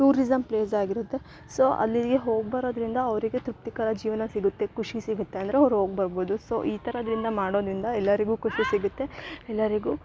tourism place ಆಗಿರುತ್ತೆ so ಅಲ್ಲಿಗೆ ಹೋಗ್ಬರೋದರಿಂದ ಅವರಿಗೆ ತೃಪ್ತಿಕರ ಜೀವನ ಸಿಗುತ್ತೆ ಖುಷಿ ಸಿಗುತ್ತೆ ಅಂದರೆ ಅವ್ರು ಹೋಗಿಬರ್ಬೋದು ಸೊ ಈ ಥರದ್ರಿಂದ ಮಾಡೋದರಿಂದ ಎಲ್ಲರಿಗು ಖುಷಿ ಸಿಗುತ್ತೆ ಎಲ್ಲರಿಗು